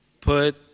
put